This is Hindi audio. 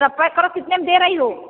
सब पएक करो कितने में दे रही हो